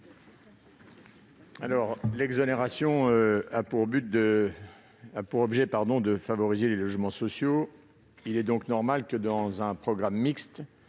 ? L'exonération a pour objet de favoriser les logements sociaux. Il est donc normal que, dans le cas d'un programme mixte,